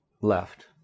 left